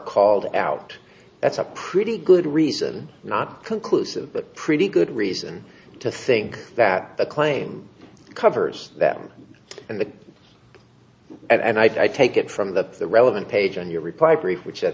called out that's a pretty good reason not conclusive but pretty good reason to think that the claim covers them and the and i take it from that the relevant page in your reply brief which